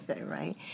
right